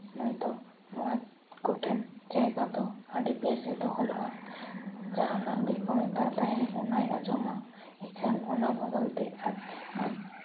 ᱱᱩᱭ ᱫᱚ ᱱᱚᱣᱟ ᱠᱚᱴᱷᱮᱱ ᱡᱟᱭᱜᱟ ᱫᱚ ᱟᱹᱰᱤ ᱵᱮᱥᱮ ᱫᱚᱦᱚ ᱞᱮᱜᱼᱟ ᱡᱟᱦᱟᱱᱟᱜ ᱜᱮᱠᱚ ᱢᱮᱛᱟᱭ ᱛᱟᱦᱮᱱ ᱚᱱᱟᱭ ᱟᱸᱡᱚᱢᱟ ᱤᱠᱷᱟᱹᱱ ᱚᱱᱟ ᱵᱚᱫᱚᱞᱛᱮ ᱟᱡ